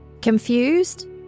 Confused